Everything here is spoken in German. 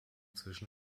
zwischen